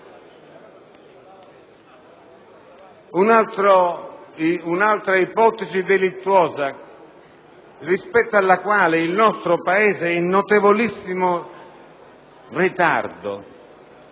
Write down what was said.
Un'altra ipotesi delittuosa rispetto alla quale il nostro Paese è in notevolissimo ritardo